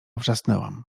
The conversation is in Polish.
wrzasnęłam